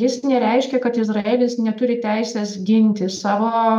jis nereiškia kad izraelis neturi teisės ginti savo